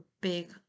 big